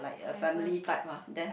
nice one